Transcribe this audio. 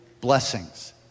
blessings